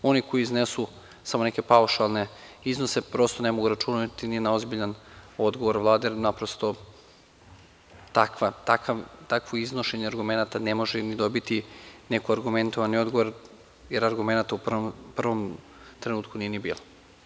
Oni koji iznesu samo neke paušalne, prosto ne mogu računati ni na ozbiljan odgovor Vlade, jer naprosto takvo iznošenje argumenata ne može ni dobiti neku argumentovan odgovor, jer argumenata u prvom trenutku nije ni bilo.